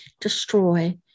destroy